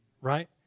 right